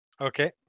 Okay